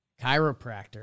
Chiropractor